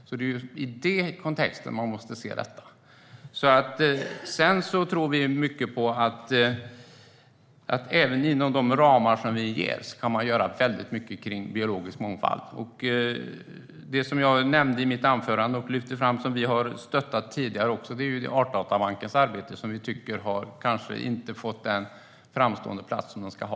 Det är i den kontexten man måste se detta. Vi tror mycket på att man även inom de ramar som ges kan göra väldigt mycket kring biologisk mångfald. Det jag nämnde och lyfte fram i mitt anförande och som vi har stöttat tidigare är Artdatabankens arbete, som vi tycker kanske inte har fått den framstående plats som det ska ha.